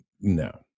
no